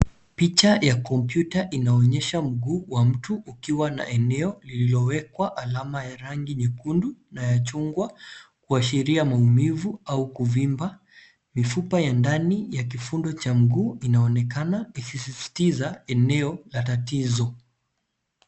Picha ya kompyuta inaonesha mguu wa mtu ukiwa na eneo lililowekwa alama ya rangi nyekundu na ya chungwa kuashiria maumivu au kuvimba. Mifupa ya ndani ya kifundo cha mguu inaonekana ikisisitiza eneo la tatizo.